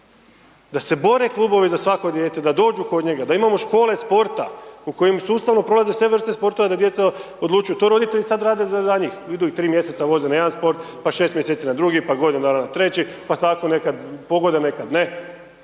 da se bore klubovi za svako dijete, da dođu kod njega, da imamo škole sporta u kojima sustavno prolaze sve vrste sportova da djeca odlučuju. To roditelji sad rade za njih, idu, 3 mjeseca ih voze na jedan sport, pa 6 mjeseci na drugi pa godinu dana na 3, pa tako nekad pogode, nekada ne,